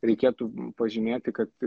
reikėtų pažymėti kad